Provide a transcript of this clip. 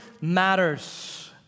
matters